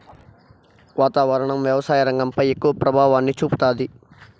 వాతావరణం వ్యవసాయ రంగంపై ఎక్కువ ప్రభావాన్ని చూపుతాది